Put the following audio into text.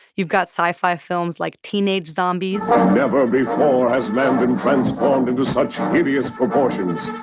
you've got sci-fi films like teenage zombies. never before has man been transformed into such hideous proportions.